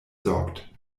sorgt